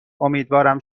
امیدوارم